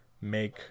make